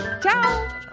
Ciao